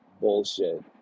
bullshit